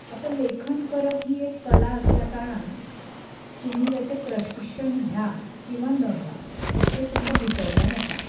आतां लेखन करप ही एक कला आसल्या कारणान तुमी ताचें प्रशिक्षण घ्या किंवा न घ्या तें तुमकां भितरल्यान येता